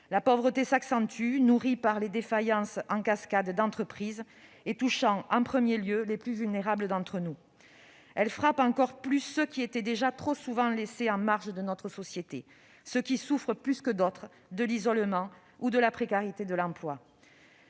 La pauvreté s'accentue, nourrie par les défaillances en cascade d'entreprises et touchant en premier lieu les plus vulnérables d'entre nous. Elle frappe encore plus ceux qui étaient déjà trop souvent laissés en marge de notre société, ceux qui souffrent plus que d'autres de l'isolement ou de la précarité de l'emploi.